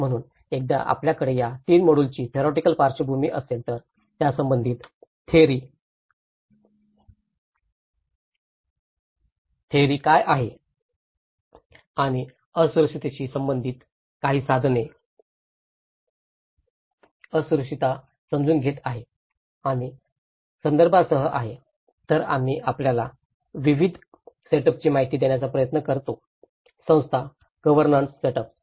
म्हणून एकदा आपल्याकडे या 3 मॉड्यूलची थेरिओटिकल पार्श्वभूमी असेल तर त्यासंबंधित थेअरी काय आहे आणि असुरक्षिततेशी संबंधित काही साधने असुरक्षितता समजून घेत आहेत आणि संदर्भासह आहेत तर आम्ही आपल्याला विविध सेटअपची माहिती देण्याचा प्रयत्न करतो संस्था गव्हर्नन्स सेटअप्स